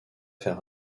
faire